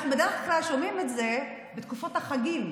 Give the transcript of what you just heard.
אנחנו בדרך כלל שומעים את זה בתקופות החגים,